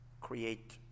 create